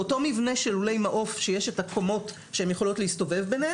באותו מבנה של לולי מעוף שיש את הקומות ביניהן הן יכולות להסתובב,